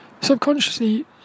Subconsciously